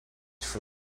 for